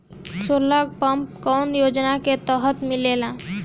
Solar pump कौने योजना के तहत मिलेला?